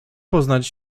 poznać